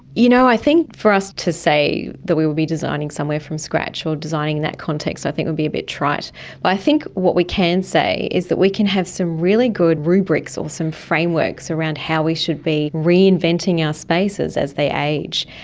you know, i think for us to say that we will be designing somewhere from scratch or designing in that context i think would be a bit trite but i think what we can say is that we could have some really good rubrics or some frameworks around how we should be reinventing our spaces as they age,